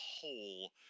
whole